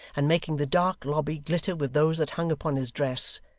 and making the dark lobby glitter with those that hung upon his dress,